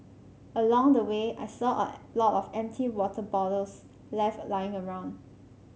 along the way I saw a lot of empty water bottles left lying around